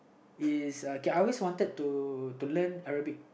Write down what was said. is okay I always want to to learn Arabic